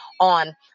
on